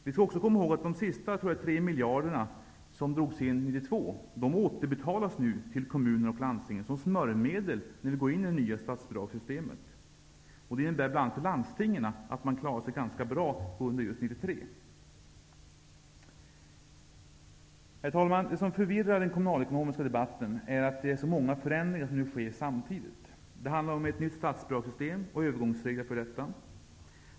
Vi skall också komma ihåg att de sista 3 miljarderna som drogs in 1992 nu återbetalas till kommuner och landsting som smörjmedel när vi går in i det nya statsbidragssystemet. Det innebär bl.a. att landstingen klarar sig ganska bra under just 1993. Herr talman! Det som förvirrar den kommunalekonomiska debatten är att det är så många förändringar som nu sker samtidigt. Det handlar om ett nytt statsbidragssystem och övergångsregler för detta.